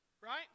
Right